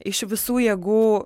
iš visų jėgų